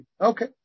Okay